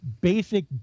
Basic